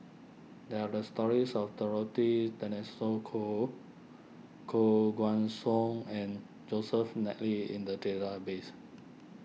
there are the stories of Dorothy Koh Koh Guan Song and Joseph McNally in the database